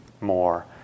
more